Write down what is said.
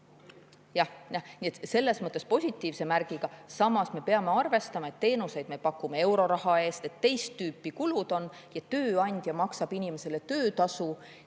et selles mõttes positiivse märgiga. Samas me peame arvestama, et teenuseid me pakume euroraha eest, teist tüüpi kulud on, ja tööandja maksab inimesele töötasu.